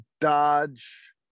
dodge